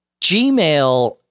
Gmail